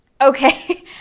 Okay